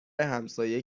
همسایه